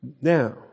Now